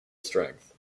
strength